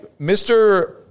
Mr